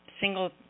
single